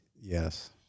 Yes